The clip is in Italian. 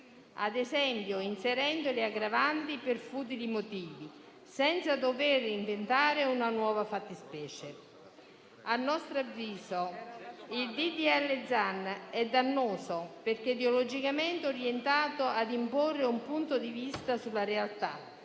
ad esempio inserendo le aggravanti per futili motivi, senza dover inventare una nuova fattispecie. A nostro avviso il disegno di legge Zan è dannoso, perché ideologicamente orientato ad imporre un punto di vista sulla realtà,